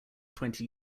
twenty